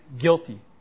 guilty